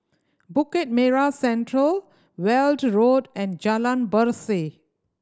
Bukit Merah Central Weld Road and Jalan Berseh